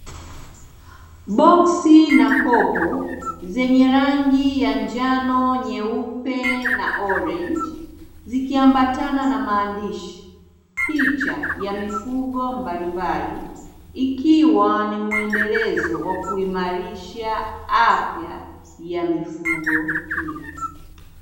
Boksi na kopo, zenye rangi ya njano, nyeupe na orenji, zikiambatana na maandishi, picha ya mifugo mbalimbali, ikiwa ni mwendelezo wa kuimarisha afya ya mifugo hii.